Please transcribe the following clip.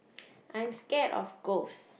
I'm scared of ghosts